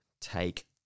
take